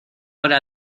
hora